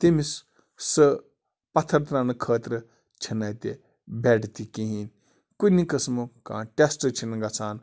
تٔمِس سُہ پَتھَر ترٛاونہٕ خٲطرٕ چھِنہٕ اَتہِ بٮ۪ڈ تہِ کِہیٖنۍ کُنہِ قٕسمُک کانٛہہ ٹٮ۪سٹ چھِنہٕ گَژھان